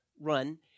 run